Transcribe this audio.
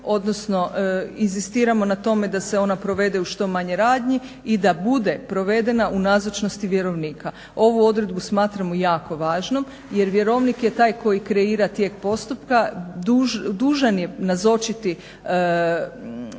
odnosno inzistiramo na tome da se ona provede u što manje radnji i da bude provedena u nazočnosti vjerovnika. Ovu odredbu smatramo jako važnom jer vjerovnik je taj koji kreira tijek postupka, dužan je nazočiti